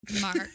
Mark